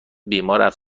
بیمار